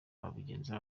babigenza